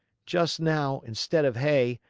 just now, instead of hay,